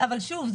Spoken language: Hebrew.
אבל שוב,